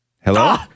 Hello